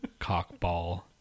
Cockball